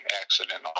accident